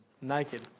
naked